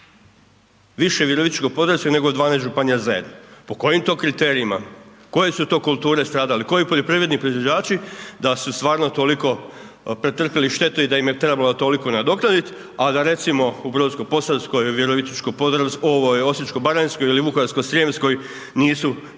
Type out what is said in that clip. Više Virovitičko-podravskoj nego 12 županija zajedno. Po kojim to kriterijima? Koje su to kulture stradale? Koji poljoprivredni proizvođači, da su stvarno toliko pretrpjeli štete i da im je trebalo toliko nadoknaditi, a da recimo, u Brodsko-posavskoj, Osječko-baranjskoj ili Vukovarsko-srijemskoj, nisu takove